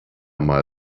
mal